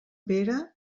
pere